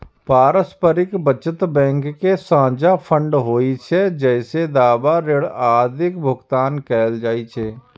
पारस्परिक बचत बैंक के साझा फंड होइ छै, जइसे दावा, ऋण आदिक भुगतान कैल जाइ छै